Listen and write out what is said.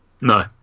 No